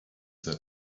that